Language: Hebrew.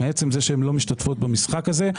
מעצם זה שהן לא משתתפות במשחק הזה,